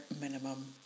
minimum